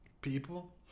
People